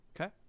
Okay